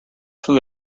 food